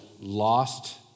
lost